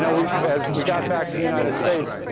yeah we as we got back to the united states,